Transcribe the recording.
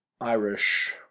Irish